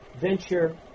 venture